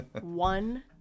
One